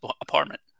apartment